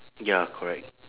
ya correct